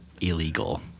illegal